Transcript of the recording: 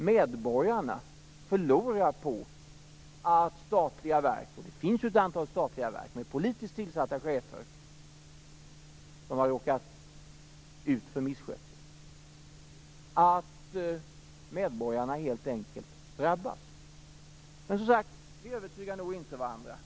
Medborgarna förlorar på att statliga verk råkar ut för misskötsel, och det finns ett antal statliga verk med politiskt tillsatta chefer som har råkat ut för detta. Det är helt enkelt medborgarna som drabbas. Men vi övertygar nog, som sagt, inte varandra där.